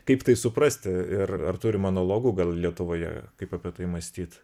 kaip tai suprasti ir ar turim analogų lietuvoje kaip apie tai mąstyt